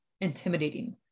intimidating